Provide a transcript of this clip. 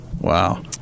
Wow